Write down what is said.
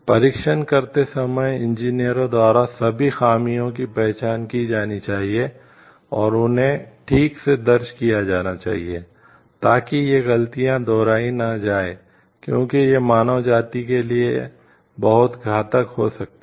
परीक्षण करते समय इंजीनियरों द्वारा सभी खामियों की पहचान की जानी चाहिए और उन्हें ठीक से दर्ज किया जाना चाहिए ताकि ये गलतियां दोहराई न जाएं क्योंकि ये मानव जाति के लिए बहुत घातक हो सकती हैं